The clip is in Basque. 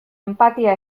enpatia